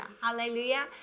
Hallelujah